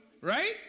right